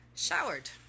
Showered